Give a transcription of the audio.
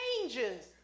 changes